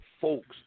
folks